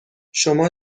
شما